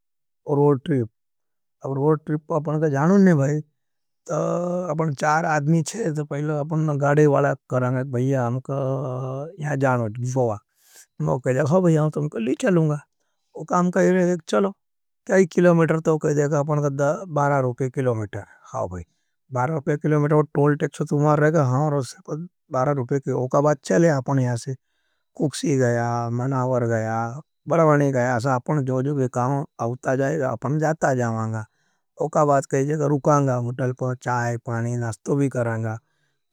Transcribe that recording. कई विदेश के लिए आपने विजा लेना आज फला आपने ओन्लेंड फारम भराँगा। उका बाद असोच है कि आपने कहां बुलावाग, कि बही चार तारीक के पांथ तारीक आई जाज़े, ठीक है। आपने आएंड नुर गया, उका बाद आपने कोस्चेन पूछे आपने सब सही सईयोग का जबाद दिदिया। तो कहे देगा चलो आप इस विजा के उसमें पास होगे हो और फलाने दिन आना और आपका कोई विजा ले जाना करें। भार देश मैं पर क्या जाना रहा है, सबसे पहले विजोज बनानू पड़ागा।